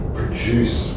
produce